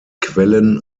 quellen